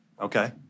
Okay